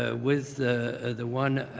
ah with the the one